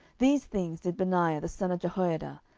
these things did benaiah the son of jehoiada,